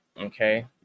Okay